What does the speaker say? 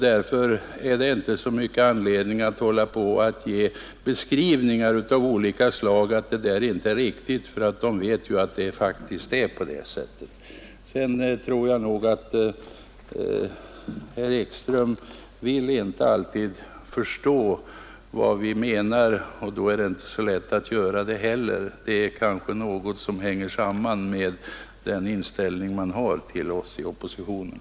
Därför finns inte stor anledning att hålla på att ge beskrivningar av olika slag som skulle visa detta. Företagen vet att det faktiskt förhåller sig på det sättet. Vidare tror jag att herr Ekström inte alltid vill förstå vad vi menar, och då är det inte heller så lätt att göra det. Detta kanske hänger samman med den inställning socialdemokraterna har till oss i oppositionen.